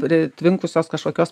pritvinkusios kažkokios